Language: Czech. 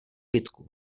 bitku